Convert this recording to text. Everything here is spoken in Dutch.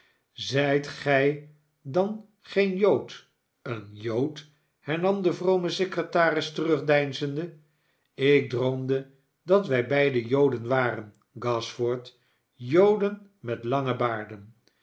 zijt gij dan gesn jood een jood hernam devrome secretaris terugdeinzende ik droomde dat wij beiden joden waren gashford joden met lange baarden